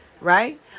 right